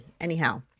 anyhow